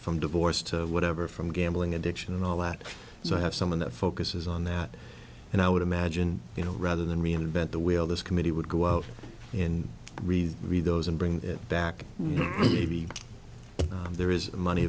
from divorce to whatever from gambling addiction and all that so i have someone that focuses on that and i would imagine you know rather than reinvent the wheel this committee would go out and really read those and bring it back you know there is money